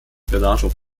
beratung